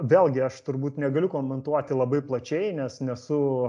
vėlgi aš turbūt negaliu komentuoti labai plačiai nes nesu